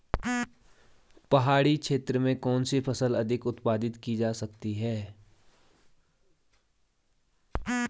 पहाड़ी क्षेत्र में कौन सी फसल अधिक उत्पादित की जा सकती है?